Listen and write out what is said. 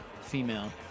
female